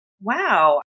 wow